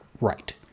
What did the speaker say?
right